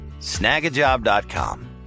snagajob.com